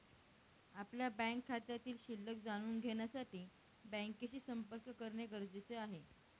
आपल्या बँक खात्यातील शिल्लक जाणून घेण्यासाठी बँकेशी संपर्क करणे गरजेचे आहे